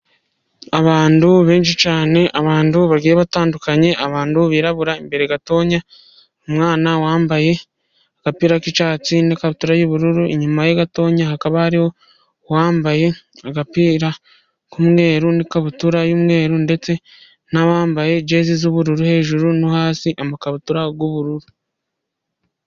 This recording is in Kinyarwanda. Abantu benshi cyane, abantu bagiye batandukanye, abantu birabura. Imbere gato, umwana wambaye agapira k’icyatsi n’ikabutura y’ubururu. Inyuma ye gatoya, hakaba hariho uwambaye agapira k’umweru n’ikabutura y’umweru, ndetse n'abambaye jezi z’ubururu hejuru no hasi amakabutura y’ubururu.